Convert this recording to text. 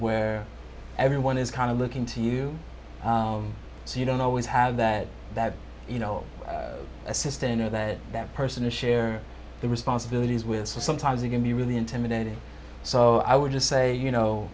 where everyone is kind of looking to you so you don't always have that that you know assistant or that that person to share the responsibilities with so sometimes it can be really intimidating so i would just say you know